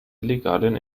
illegalen